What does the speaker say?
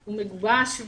הוא מגובש,